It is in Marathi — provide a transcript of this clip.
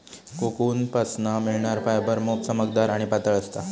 कोकूनपासना मिळणार फायबर मोप चमकदार आणि पातळ असता